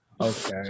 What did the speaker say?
Okay